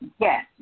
Yes